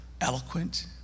eloquent